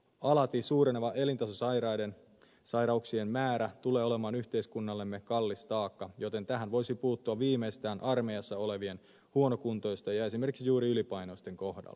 alati suureneva elintasosairauksien määrä tulee olemaan yhteiskunnallemme kallis taakka joten tähän voisi puuttua viimeistään armeijassa olevien huonokuntoisten ja esimerkiksi juuri ylipainoisten kohdalla